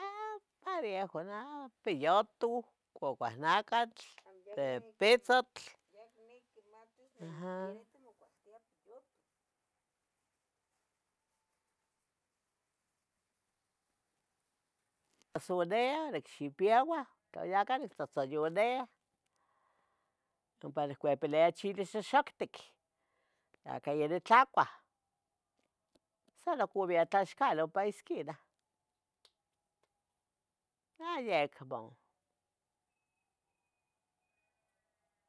Ah, pariejoh, ah pillotuh, couah nacatl. Amo, yeh quiniqui quimatis quen timocualtia pillutl. De pitzotl aha, pozonea, nicxipieuah, tla ya catqui tlatzoyoniah. ompa nihcuepilia chili xoxoctic, acah ya titlacuah. san nocmocovia tlaxcale ompa esquinah, ah yec von.